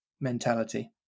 mentality